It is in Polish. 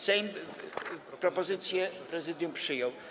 Sejm propozycję Prezydium przyjął.